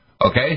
Okay